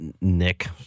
Nick